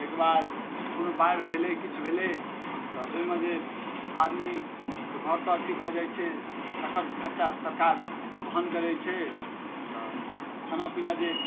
तैकेबाद कोनो बाढ़ि भेलै किछु भेलै तऽ ओइमे जे आदमीके घर तर अथी भऽ जाइ छै तऽ तकर खर्चा सरकार वहन करै छै तऽ खानापीना जे